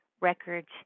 records